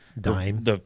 Dime